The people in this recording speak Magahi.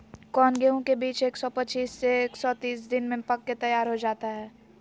कौन गेंहू के बीज एक सौ पच्चीस से एक सौ तीस दिन में पक के तैयार हो जा हाय?